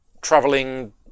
traveling